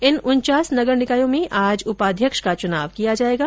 इन नगर निकायों में आज उपाध्यक्ष का चुनाव किया जाएगा